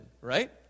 right